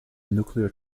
nuclear